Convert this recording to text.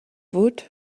woot